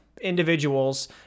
individuals